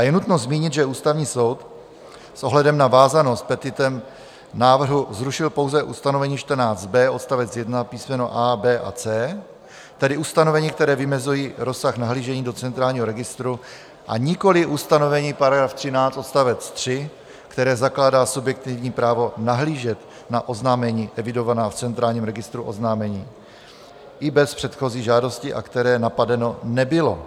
Je nutno zmínit, že Ústavní soud s ohledem na vázanost petitem návrhu zrušil pouze ustanovení 14b odst. 1 písmeno a), b) a c), tedy ustanovení, která vymezují rozsah nahlížení do centrálního registru, a nikoli ustanovení § 13, odst. 3, které zakládá subjektivní právo nahlížet na oznámení evidovaná v Centrálním registru oznámení i bez předchozí žádosti, které napadeno nebylo.